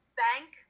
bank